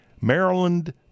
Maryland